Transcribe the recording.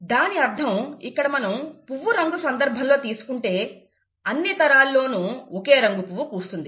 దాని అర్థం ఇక్కడ మనం పువ్వు రంగు సందర్భంలో తీసుకుంటే అన్ని తరాల లోనూ ఒకే రంగు పువ్వు పూస్తుంది